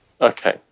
Okay